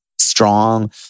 strong